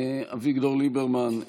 אביגדור ליברמן,